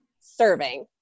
serving